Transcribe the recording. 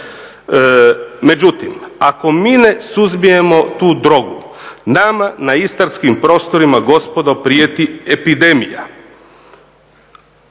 Međutim, ako mi ne suzbijemo tu drogu nama na istarskim prostorima gospodo prijeti epidemija,